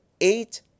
eight